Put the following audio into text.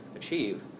achieve